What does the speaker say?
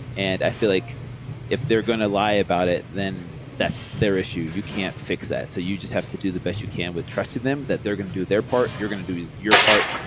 and i feel like if they're going to lie about it, then that's their issue. you can't fix that. so you just have to do the best you can with trusting them that they're going to do their part, you're going to do your part.